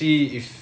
ya